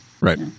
Right